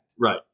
Right